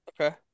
Okay